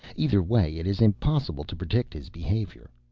either way, it is impossible to predict his behavior.